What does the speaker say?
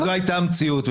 זו הייתה המציאות.